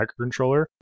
microcontroller